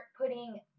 putting